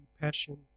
passion